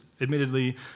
Admittedly